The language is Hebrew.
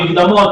המקדמות,